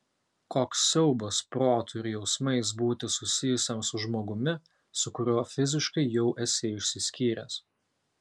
koks siaubas protu ir jausmais būti susijusiam su žmogumi su kuriuo fiziškai jau esi išsiskyręs